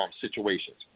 situations